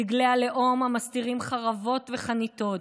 דגלי הלאום המסתירים חרבות וחניתות,